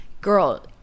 girl